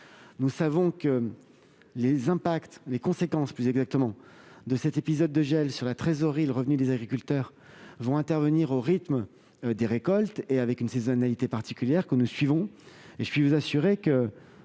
Nous savons, en effet, que les conséquences de cet épisode de gel sur la trésorerie et le revenu des agriculteurs vont intervenir au rythme des récoltes, et selon une saisonnalité particulière, que nous suivons. Je puis vous assurer que,